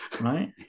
Right